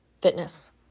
fitness